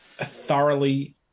thoroughly